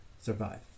survive